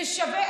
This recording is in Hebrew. זה שווה?